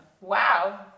wow